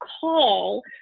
call